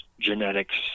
genetics